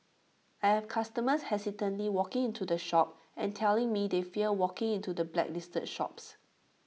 I have customers hesitantly walking into the shop and telling me they fear walking into the blacklisted shops